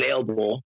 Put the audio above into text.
available